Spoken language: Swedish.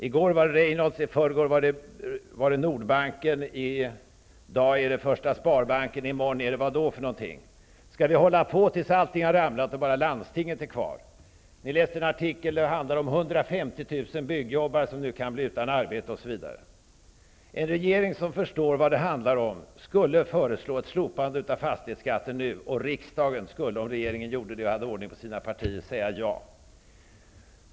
I går var det Reinholds, i förrgår Nordbanken, i dag är det Första Sparbanken, i morgon något annat. Skall vi hålla på så här tills allting har ramlat och bara landstingen är kvar? Vi läste en artikel där det talas om att 150 000 byggjobbare kan bli utan arbete. En regering som förstår vad det handlar om skulle föreslå ett slopande av fastighetsskatten nu. Riksdagen skulle, om regeringen gjorde det och hade ordning på sina partier, säga ja.